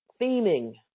theming